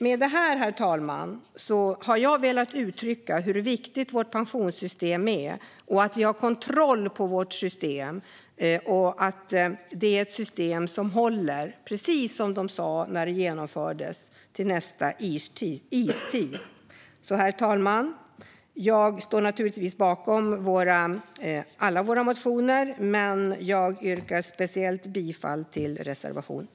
Med detta har jag velat uttrycka hur viktigt vårt pensionssystem är och hur viktigt det är att vi har kontroll över det. Det ska vara ett system som håller, precis som de sa när det genomfördes, till nästa istid. Herr talman! Jag står naturligtvis bakom alla våra motioner, men för tids vinnande yrkar jag bifall speciellt till reservation 1.